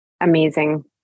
Amazing